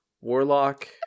warlock